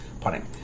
putting